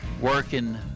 working